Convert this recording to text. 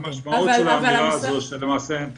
המשמעות של האמירה הזאת שלמעשה אין תקציב.